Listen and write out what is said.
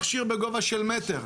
מכשיר בגובה של מטר.